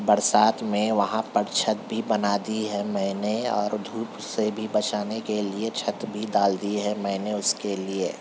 برسات میں وہاں پر چھت بھی بنا دی ہے میں نے اور دھوپ سے بھی بچانے کے لئے چھت بھی ڈال دی ہے میں نے اس کے لئے